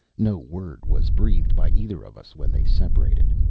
no word was breathed by either of us when they separated.